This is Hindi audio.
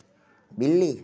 बिल्ली